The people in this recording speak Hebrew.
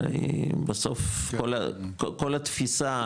הרי בסוף כל התפיסה,